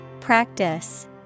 Practice